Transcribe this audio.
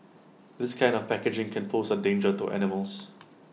this kind of packaging can pose A danger to animals